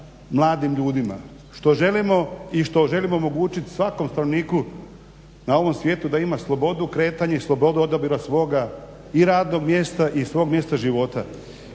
mladim ljudima i što želimo omogućiti svakom stanovniku na ovom svijetu da ima slobodu kretanje i slobodu odabira svoga i radnog mjesta i svog mjesta života,